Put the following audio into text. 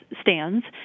stands